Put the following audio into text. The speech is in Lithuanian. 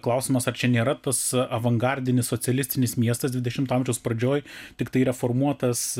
klausimas ar čia nėra tas avangardinis socialistinis miestas dvidešimto amžiaus pradžioj tiktai reformuotas